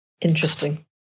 Interesting